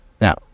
Now